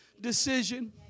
decision